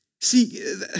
See